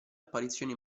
apparizioni